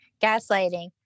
gaslighting